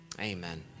amen